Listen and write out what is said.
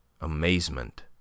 Amazement